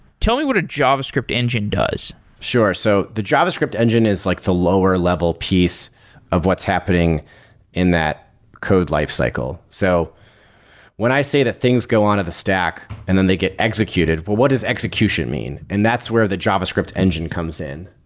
tell me what a javascript engine does. sure. so the javascript engine is like the lower-level piece of what's happening in that code lifecycle. so when i say that things go on on the stack and then they get executed, but what is execution mean? and that's where the javascript engine comes in.